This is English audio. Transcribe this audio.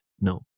No